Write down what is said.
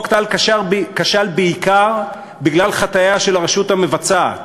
חוק טל כשל בעיקר בגלל חטאיה של הרשות המבצעת.